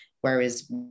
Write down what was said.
Whereas